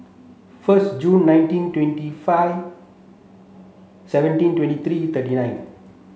first June nineteen twenty five seventeen twenty three thirty nine